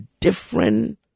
different